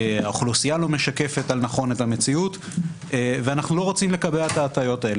אוכלוסייה לא משקפת נכון את המציאות ואנו לא רוצים לקבע את ההטיות האלה.